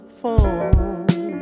phone